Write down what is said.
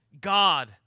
God